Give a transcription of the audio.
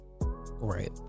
Right